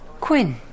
Quinn